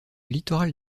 littoral